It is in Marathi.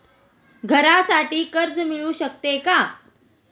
घरासाठी कर्ज मिळू शकते का?